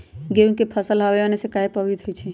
गेंहू के फसल हव आने से काहे पभवित होई छई?